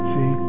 See